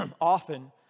often